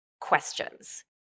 questions